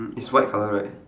is white colour right